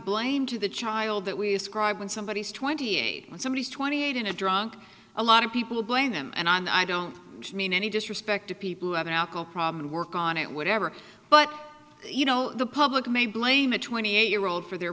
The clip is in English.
blame to the child that we ascribe when somebody is twenty eight when somebody is twenty eight in a drunk a lot of people blame them and i don't mean any disrespect to people who have an alcohol problem and work on it whatever but you know the public may blame a twenty eight year old for their